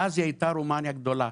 ואז היא הייתה רומניה גדולה.